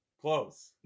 close